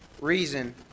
reason